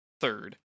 third